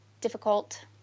difficult